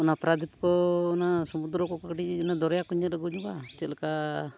ᱚᱱᱟ ᱯᱟᱨᱟᱫᱤᱯ ᱠᱚ ᱚᱱᱟ ᱥᱚᱢᱩᱫᱨᱚ ᱠᱚᱠᱚ ᱠᱟᱹᱴᱤᱡ ᱚᱱᱟ ᱫᱚᱨᱭᱟ ᱠᱚᱧ ᱧᱮᱞ ᱟᱹᱜᱩ ᱧᱚᱜᱟ ᱪᱮᱫ ᱞᱮᱠᱟ